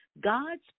God's